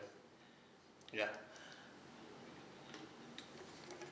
ya